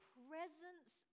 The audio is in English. presence